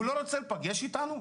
הוא לא רוצה להיפגש אתנו.